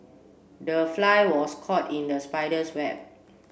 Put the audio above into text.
the fly was caught in the spider's web